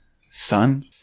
son